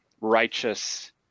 righteous